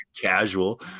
casual